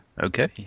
Okay